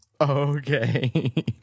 Okay